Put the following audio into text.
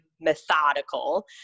methodical